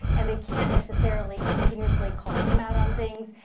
and they can't necessarily continuously call him out on things,